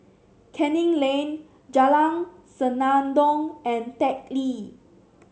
Canning Lane Jalan Senandong and Teck Lee